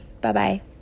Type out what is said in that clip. Bye-bye